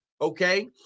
okay